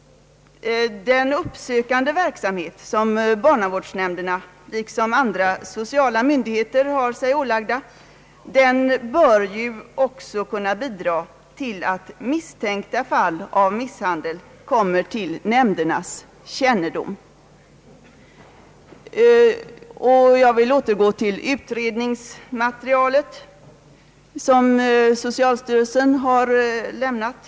Den uppsökande verksamhet som barnavårdsnämnderna, liksom andra sociala myndigheter, har sig ålagd bör också kunna bidra till att misstänkta fall av misshandel kommer till nämndernas kännedom. Jag vill återgå till det utredningsmaterial som socialstyrelsen har lämnat.